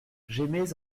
j’émets